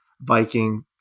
Viking